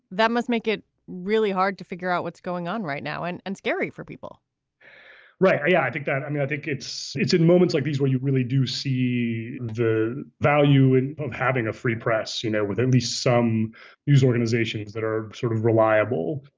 that must make it really hard to figure out what's going on right now. and and scary for people right. yeah i think that. i mean, i think it's it's in moments like these where you really do see the value of having a free press. you know, with only some news organizations that are sort of reliable,